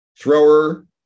thrower